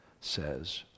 says